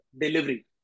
delivery